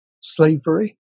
slavery